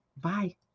Bye